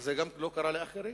וזה גם לא קרה לאחרים.